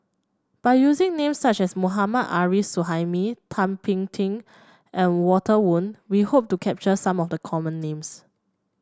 by using names such as Mohammad Arif Suhaimi Thum Ping Tjin and Walter Woon we hope to capture some of the common names